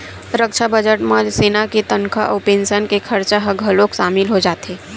रक्छा बजट म सेना के तनखा अउ पेंसन के खरचा ह घलोक सामिल हो जाथे